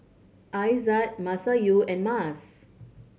Aizat Masayu and Mas